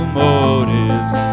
motives